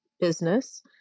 business